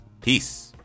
Peace